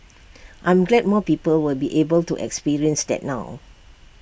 I'm glad more people will be able to experience that now